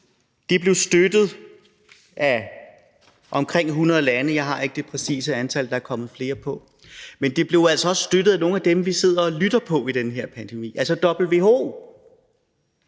Det blev støttet af omkring 100 lande – jeg har ikke det præcise antal, for der er kommet flere på. Men det blev altså også støttet af nogle af dem, vi sidder og lytter til i den her pandemi, altså WHO